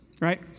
right